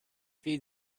feed